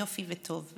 יופי וטוב,